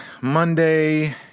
Monday